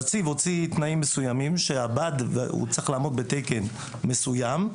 הנציב הוציא תנאים מסוימים שהבד צריך לעמוד בתקן מסוים,